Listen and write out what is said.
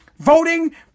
voting